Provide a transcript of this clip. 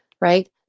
right